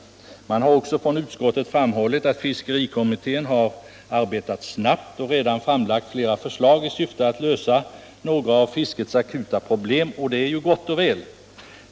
Utskottet har också framhållit att fiskerikommittén har arbetat snabbt och redan framlagt flera förslag i syfte att lösa några av fiskets akuta problem, och det är ju gott och väl.